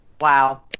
Wow